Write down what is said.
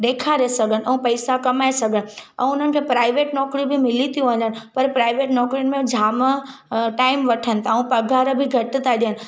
ॾेखारे सघनि ऐं पैसा कमाए सघनि ऐं उन्हनि खे प्राइवेट नौकिरी थी बि मिली थी वञनि पर प्राइवेट नौकरियुनि में जाम टाइम वठनि था ऐं पगार बि घटि था ॾेयनि